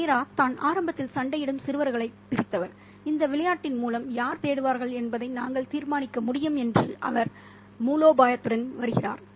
மீரா தான் ஆரம்பத்தில் சண்டையிடும் சிறுவர்களைப் பிரித்தவர் இந்த விளையாட்டின் மூலம் யார் தேடுவார்கள் என்பதை நாங்கள் தீர்மானிக்க முடியும் என்று அவர் மூலோபாயத்துடன் வருகிறார்